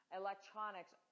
electronics